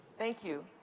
thank you.